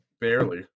Barely